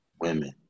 women